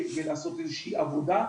ולעשות איזו שהיא עבודה.